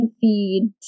feed